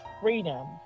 freedom